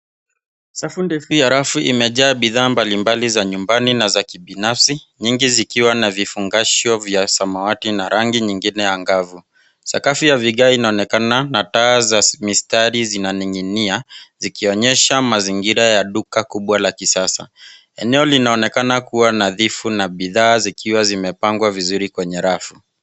Safu ndefu ya rafu imejaa bidhaa mbalimbali za nyumbani na za kibinafsi, nyingi zikiwa na vifungashio vya samawati na rangi nyingine angavu. Sakafu ya vigae inaonekana na taa za mistari zinaning'inia, zikionyesha mazingira ya duka kubwa la kisasa. Eneo linaonekana kuwa nadhifu na bidhaa zikiwa zimepangwa vizuri kwenye rafu.